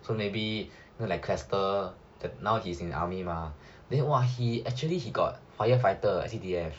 so maybe like chester now he's in the army mah then !wah! he actually he got firefighter S_C_D_F